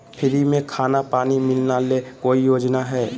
Free में खाना पानी मिलना ले कोइ योजना हय?